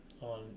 on